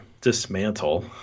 dismantle